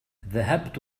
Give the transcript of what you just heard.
ذهبت